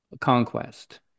conquest